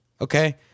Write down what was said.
Okay